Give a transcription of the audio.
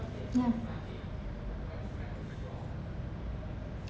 yeah